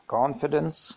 confidence